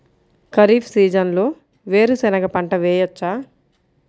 ఖరీఫ్ సీజన్లో వేరు శెనగ పంట వేయచ్చా?